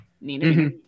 Nina